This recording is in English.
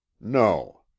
no